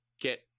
Get